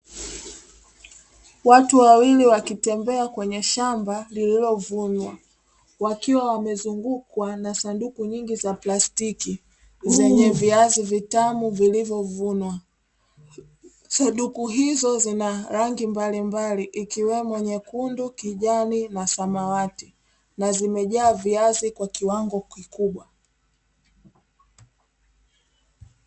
Watu wawili wakitembea kwenye shamba lililovunwa, wakiwa wamezungukwa na sanduku nyingi za plastiki zenye viazi vitamu vilivyovunwa. Sanduku hizo zina rangi mbalimbali ikiwemo nyekundu, kijani na samawati, na zimejaa viazi kwa kiwango kikubwa.